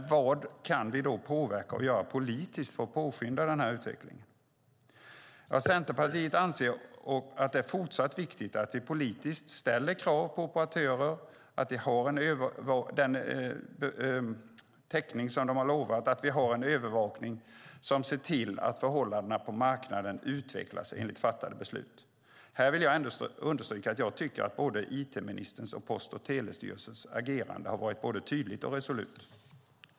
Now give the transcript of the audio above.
Vad kan vi då påverka och göra politiskt för att påskynda utvecklingen? Centerpartiet anser att det är fortsatt viktigt att vi politiskt ställer krav på operatörer att de har den täckning de har lovat och att vi har övervakning som ser till att förhållandena på marknaden utvecklas enligt fattade beslut. Här vill jag understryka att jag tycker att såväl it-ministerns som Post och telestyrelsens agerande har varit både tydligt och resolut.